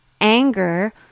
anger